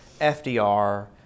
FDR